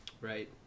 Right